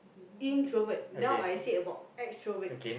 introvert now I say about extrovert